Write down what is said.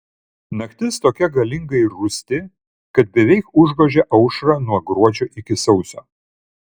naktis tokia galinga ir rūsti kad beveik užgožia aušrą nuo gruodžio iki sausio